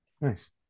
Nice